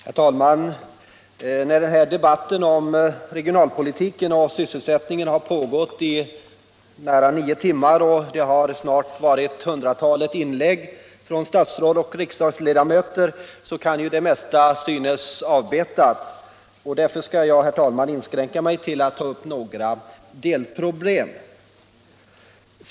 Herr talman! När den här debatten om regionalpolitiken och sysselsättningen har pågått i nära nio timmar och det snart hållits hundratalet inlägg av statsråd och riksdagsledamöter, kan ju det mesta synas vara avbetat. Därför skall jag, herr talman, inskränka mig till att ta upp några delproblem.